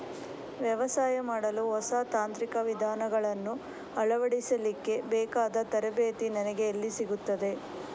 ವ್ಯವಸಾಯ ಮಾಡಲು ಹೊಸ ತಾಂತ್ರಿಕ ವಿಧಾನಗಳನ್ನು ಅಳವಡಿಸಲಿಕ್ಕೆ ಬೇಕಾದ ತರಬೇತಿ ನನಗೆ ಎಲ್ಲಿ ಸಿಗುತ್ತದೆ?